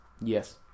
Yes